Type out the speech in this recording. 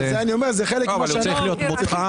לחברה יש מגוון נכסים.